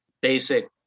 basic